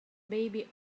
baby